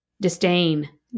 disdain